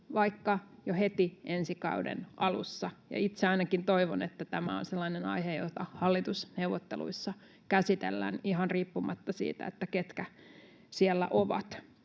vaikka jo heti ensi kauden alussa. Ja itse ainakin toivon, että tämä on sellainen aihe, jota hallitusneuvotteluissa käsitellään ihan riippumatta siitä, ketkä siellä ovat.